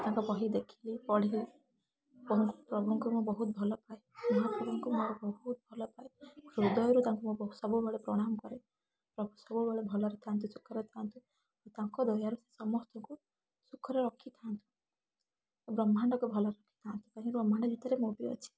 ତାଙ୍କ ବହି ଦେଖିଲି ପଢ଼ିଲି ପ୍ରଭୁଙ୍କୁ ମୁଁ ବହୁତ ଭଲପାଏ ମହାପ୍ରଭୁଙ୍କୁ ମୋର ବହୁତ ଭଲପାଏ ହୃଦୟରୁ ତାଙ୍କୁ ମୁଁ ସବୁବେଳେ ପ୍ରଣାମ କରେ ସବୁବେଳେ ଭଲରେଥାନ୍ତୁ ସୁଖରେ ଥାନ୍ତୁ ତାଙ୍କ ଦୟାରୁ ସମସ୍ତଙ୍କୁ ସୁଖରେ ରଖିଥାନ୍ତୁ ବ୍ରହ୍ମାଣ୍ଡକୁ ଭଲରେ ରଖିଥାନ୍ତୁ ସେଇ ବ୍ରହ୍ମାଣ୍ଡ ଭିତରେ ମୁଁ ବି ଅଛି